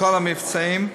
מכל המבצעים,